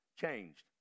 changed